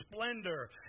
splendor